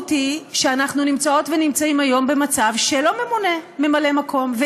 המשמעות היא שאנחנו נמצאות ונמצאים היום במצב שלא ממונה ממלא מקום,